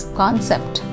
concept